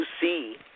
see